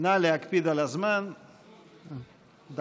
נא להקפיד על הזמן, דקה.